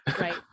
right